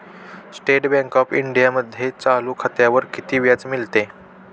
State bank of इंडियामध्ये चालू खात्यावर किती व्याज मिळते?